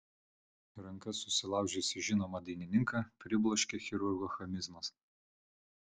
rankas susilaužiusį žinomą dainininką pribloškė chirurgo chamizmas